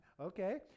okay